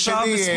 זה שלי.